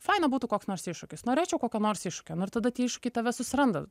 faina būtų koks nors iššūkis norėčiau kokio nors iššūkio nu ir tada tie iššūkiai tave susiranda